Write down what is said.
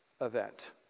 event